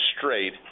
straight